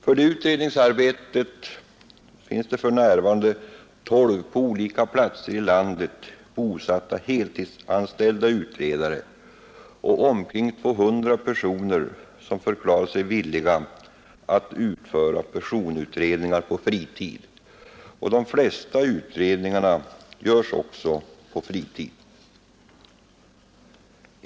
För det utredningsarbetet finns det för närvarande tolv på olika platser i landet bosatta heltidsanställda utredare och omkring 200 personer som förklarat sig villiga att utföra personutredningar på fritid. De flesta utredningarna görs också på fritid.